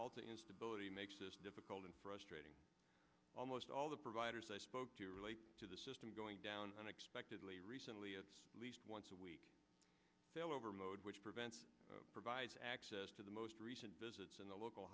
the instability makes this difficult and frustrating almost all the providers i spoke to relate to the system going down unexpectedly recently at least once a week over mode which prevents provides access to the most recent visits in the local